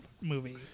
movie